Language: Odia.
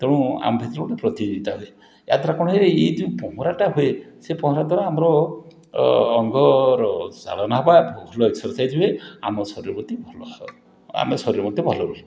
ତେଣୁ ଆମ ଭିତରେ ଗୋଟେ ପ୍ରତିଯୋଗିତା ହୁଏ ଇଏ ଦ୍ୱାରା କ'ଣ ହୁଏ ଏଇ ଯେଉଁ ପହଁରାଟା ହୁଏ ସେ ପହଁରା ଦ୍ୱାରା ଆମର ଅଙ୍ଗର ଚାଳନା ବା ଏକ୍ସରସାଇଜ ହୁଏ ଆମ ଶରୀର ପ୍ରତି ଭଲ ହଏ ଆମ ଶରୀର ମଧ୍ୟ ଭଲ ରୁହେ